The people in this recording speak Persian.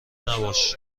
نباش